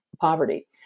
poverty